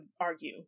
argue